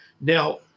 Now